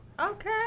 Okay